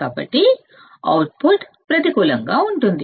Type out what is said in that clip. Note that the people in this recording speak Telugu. కాబట్టి అవుట్పుట్ ప్రతికూలంగా ఉంటుంది